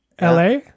LA